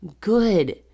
good